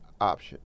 option